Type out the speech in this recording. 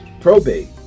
probate